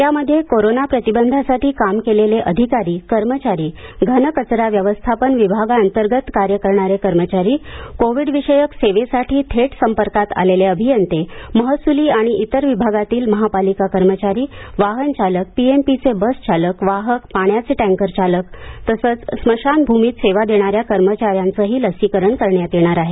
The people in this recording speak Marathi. यामध्ये कोरोना प्रतिबंधासाठी काम केलेले अधिकारी कर्मचारी घनकचरा व्यवस्थापन विभागाअंतर्गत कार्य करणारे कर्मचारी कोविडविषयक सेवेसाठी थेट संपर्कात असलेले अभियंते महसुली आणि इतर विभागातील महापालिका कर्मचारी वाहन चालक पीएमपीचे बस चालक वाहक पाण्याचे टँकर चालक तसेच स्मशान भूमीत सेवा देणाऱ्या कर्मचाऱ्यांचंही लसीकरण करण्यात येणार आहे